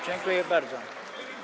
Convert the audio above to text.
Dziękuję bardzo.